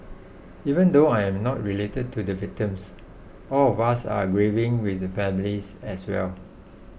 even though I am not related to the victims all of us are grieving with the families as well